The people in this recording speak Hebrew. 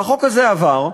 והחוק הזה עבר,